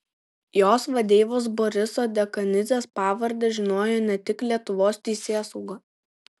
jos vadeivos boriso dekanidzės pavardę žinojo ne tik lietuvos teisėsauga